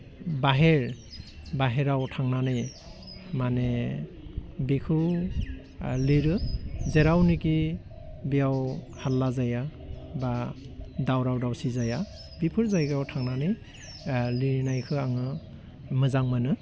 बायहेर बायहेराव थांनानै माने बेखौ लिरो जेरावनेखि बेयाव हाल्ला जाया बा दावराव दावसि जाया बिफोर जायगायाव थांनानै लिरनायखौ आङो मोजां मोनो